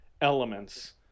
elements